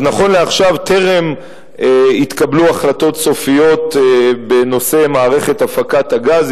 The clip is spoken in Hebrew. אז נכון לעכשיו טרם התקבלו החלטות סופיות באשר למערכת הפקת הגז,